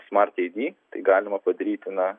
smart id tai galima padaryti na